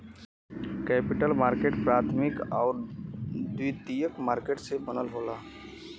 capital market प्राथमिक आउर द्वितीयक मार्केट से बनल होला